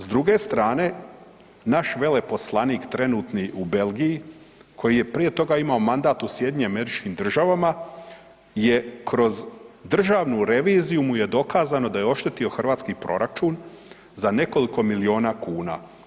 S druge strane naš veleposlanik trenutni u Belgiji koji je prije toga imao mandat u SAD-u je kroz državnu reviziju mu je dokazao da je oštetio hrvatski proračun za nekoliko milijona kuna.